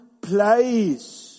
place